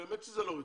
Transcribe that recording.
באמת שזה לא רציני,